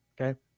Okay